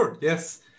yes